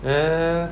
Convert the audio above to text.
ya ya ya